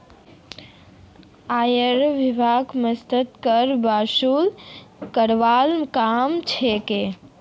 आयकर विभाग प्रत्यक्ष करक वसूल करवार काम कर्छे